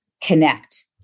connect